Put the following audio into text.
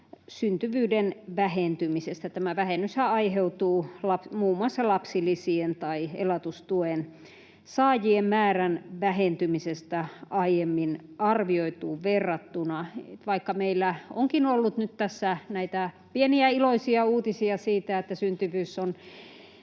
syntyvyyden vähentymisestä. Tämä vähennyshän aiheutuu muun muassa lapsilisien ja elatustuen saajien määrän vähentymisestä aiemmin arvioituun verrattuna. Vaikka meillä onkin ollut nyt tässä näitä pieniä iloisia uutisia siitä, että syntyvyys on